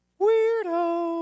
Weirdo